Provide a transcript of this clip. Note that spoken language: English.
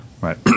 right